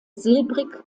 silbrig